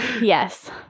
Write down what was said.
yes